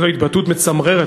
זו התבטאות מצמררת,